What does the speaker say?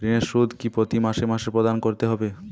ঋণের সুদ কি প্রতি মাসে মাসে প্রদান করতে হবে?